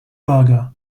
burger